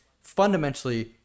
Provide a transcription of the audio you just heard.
fundamentally